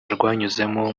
rwanyuzemo